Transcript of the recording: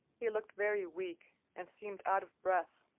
he looked very weak, and seemed out of breath.